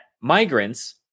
migrants